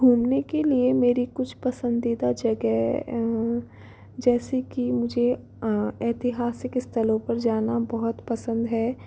घूमने के लिए मेरी कुछ पसंदीदा जगह जैसे कि मुझे ऐतिहासिक स्थलों पर जाना बहुत पसंद है